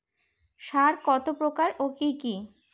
সার কত প্রকার ও কি কি?